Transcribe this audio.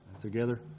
together